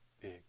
big